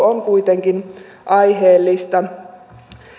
on kuitenkin aiheellista